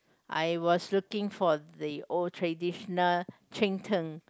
I was looking for the old traditional cheng-tng